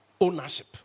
ownership